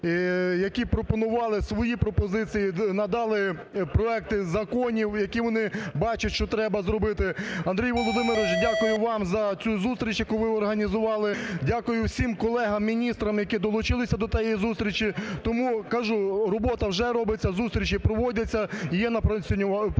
які пропонували свої пропозиції, надали проекти законів, які вони бачать, що треба зробити. Андрій Володимирович, дякую вам за цю зустріч, яку ви організували. Дякую всім колегам, міністрам, які долучилися до тієї зустрічі. Тому кажу: робота вже робиться, зустрічі проводяться, і є напрацювання.